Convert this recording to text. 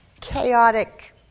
chaotic